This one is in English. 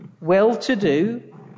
well-to-do